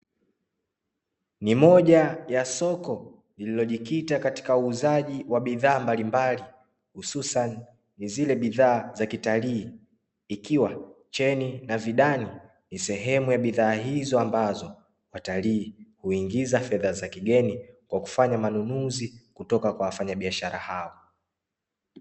Ni moja ya soko lililojikita katika uuzaji wa bidhaa mbalimbali, hususani ni zile bidhaa za kitalii. Ikiwa cheni na vidani ni sehemu ya bidhaa hizo ambazo, watalii huingiza fedha za kigeni kwa kufanya manunuzi kutoka kwa wafanyabiashara hao.